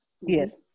yes